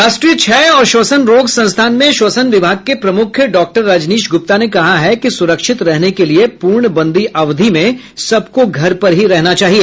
राष्ट्रीय क्षय और श्वसन रोग संस्थान में श्वसन विभाग के प्रमुख डॉक्टर रजनीश गुप्ता ने कहा कि सुरक्षित रहने के लिए पूर्णबंदी अवधि में सबको घर पर ही रहना चाहिए